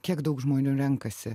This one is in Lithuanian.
kiek daug žmonių renkasi